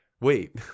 wait